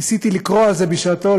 ניסיתי לקרוא על זה בשעתו.